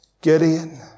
Gideon